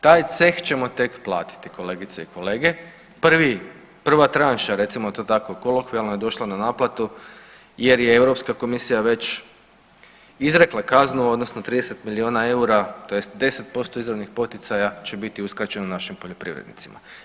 Taj ceh ćemo tek platiti kolegice i kolege, prvi, prva tranša recimo to tako kolokvijalno je došla na naplatu jer je Europska komisija već izrekla kaznu odnosno 30 miliona eura tj. 10% izravnih poticaja će biti uskraćeno našim poljoprivrednicima.